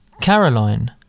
Caroline